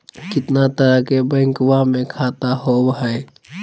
कितना तरह के बैंकवा में खाता होव हई?